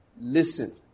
listen